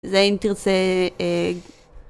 זה אם תרצה, אה...